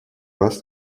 вас